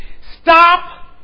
Stop